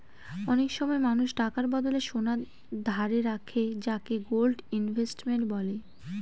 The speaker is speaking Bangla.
অনেক সময় মানুষ টাকার বদলে সোনা ধারে রাখে যাকে গোল্ড ইনভেস্টমেন্ট বলে